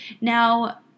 Now